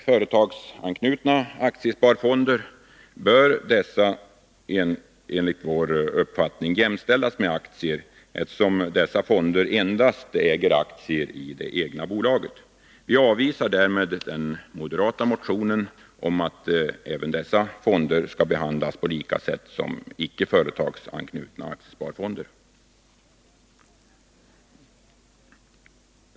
Företagsanknutna aktiesparfonder bör däremot enligt vår uppfattning jämställas med aktier, eftersom dessa fonder äger aktier endast i det egna bolaget. Vi avvisar därmed den moderata motionen om att dessa fonder skall behandlas på samma sätt som icke företagsanknutna aktiesparfonder.